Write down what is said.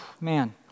man